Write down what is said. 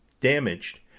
damaged